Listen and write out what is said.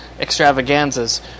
Extravaganzas